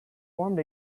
formed